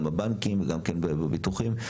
גם בבנקים וגם בביטוחים.